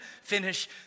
finish